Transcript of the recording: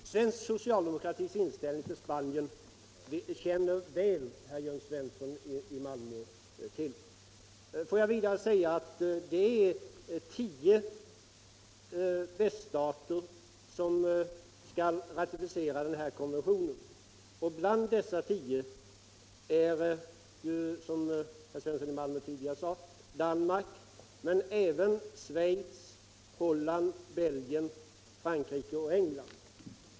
Herr talman! Svensk socialdemokratis inställning till Spanien känner herr Svensson i Malmö väl till. Låt mig vidare säga att tio västeuropeiska stater skall ratificera konventionen. Bland dessa tio är, som herr Svensson i Malmö tidigare sade, Danmark men även Schweiz, Holland, Belgien, Frankrike och England.